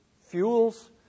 Fuels